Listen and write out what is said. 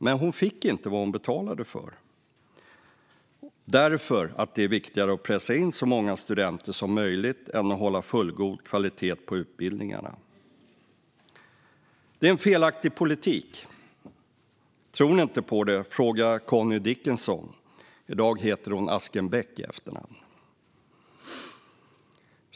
Men hon fick inte vad hon betalade för därför att det är viktigare att pressa in så många studenter som möjligt än att hålla fullgod kvalitet på utbildningarna. Det är en felaktig politik. Tror ni inte på det, fråga Connie Dickinson, som i dag heter Askenbäck i efternamn.